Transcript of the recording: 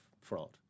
fraud